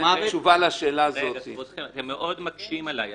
אתם מאוד מקשים עלי.